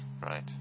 Right